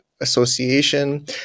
association